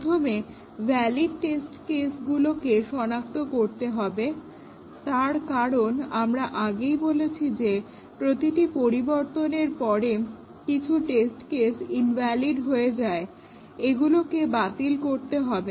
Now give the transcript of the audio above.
প্রথমে valid test কেসগুলোকে সনাক্ত করতে হবে তার কারণ আমরা আগেই বলেছি যে প্রতিটি পরিবর্তনের পরে কিছু টেস্ট কেস ইনভ্যালিড হয়ে পরে এগুলোকে বাতিল করতে হবে